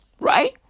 Right